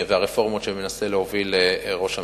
והרפורמות שמנסה להוביל ראש הממשלה.